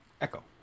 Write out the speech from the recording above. echo